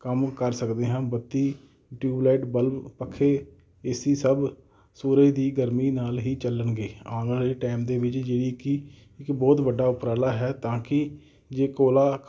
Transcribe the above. ਕੰਮ ਕਰ ਸਕਦੇ ਹਾਂ ਬੱਤੀਂ ਟਿਊਬ ਲਾਈਟ ਬੱਲਬ ਪੱਖੇ ਏ ਸੀ ਸਭ ਸੂਰਜ ਦੀ ਗਰਮੀ ਨਾਲ ਹੀ ਚੱਲਣਗੇ ਆਉਣ ਵਾਲੇ ਟਾਈਮ ਦੇ ਵਿੱਚ ਜਿਹੜੀ ਕਿ ਇੱਕ ਬਹੁਤ ਵੱਡਾ ਉਪਰਾਲਾ ਹੈ ਤਾਂ ਕਿ ਜੇ ਕੋਲਾ